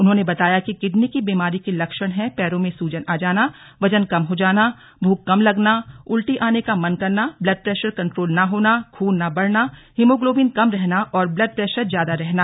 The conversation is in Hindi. उन्होंने बताया कि किडनी की बीमारी के लक्षण हैं पैरों में सुजन आ जाना वजन कम हो जाना भूख कम लगना उल्टी आने का मन करना ब्लाड प्रैशर कंट्रोल न होना खून न बढ़ना हिमोग्लोबिन कम रहना और ब्लड प्रैशर ज्यादा रहना